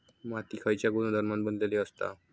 माती खयच्या गुणधर्मान बनलेली असता?